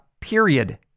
period